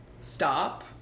Stop